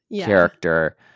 character